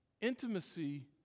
Intimacy